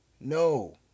no